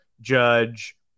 Judge